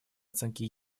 оценке